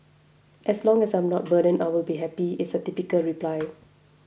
as long as I am not a burden I will be happy is a typical reply